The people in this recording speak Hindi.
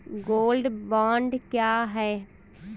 गोल्ड बॉन्ड क्या है?